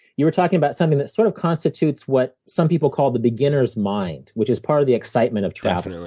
you were talking about something that sort of constitutes what some people call the beginner's mind, which is part of the excitement of travel.